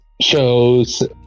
shows